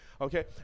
okay